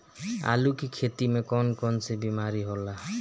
आलू की खेती में कौन कौन सी बीमारी होला?